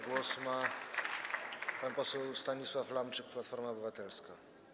Głos ma pan poseł Stanisław Lamczyk, Platforma Obywatelska.